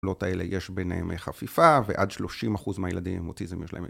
כלות האלה יש ביניהם חפיפה ועד 30% מהילדים עם אוטיזם יש להם את זה